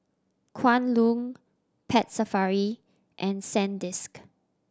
Kwan Loong Pet Safari and Sandisk